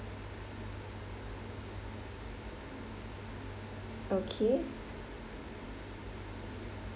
okay